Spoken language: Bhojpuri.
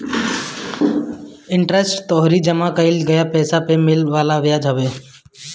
इंटरेस्ट तोहरी जमा कईल पईसा पअ मिले वाला बियाज हवे